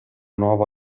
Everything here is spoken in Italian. nuovo